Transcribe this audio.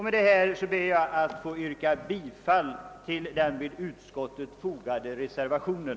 Med det anförda ber jag att få yrka bifall till den vid utskottets utlåtande fogade reservationen.